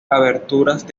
aberturas